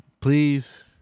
please